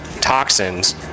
toxins